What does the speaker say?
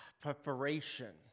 Preparation